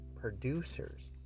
producers